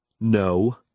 No